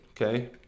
Okay